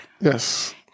Yes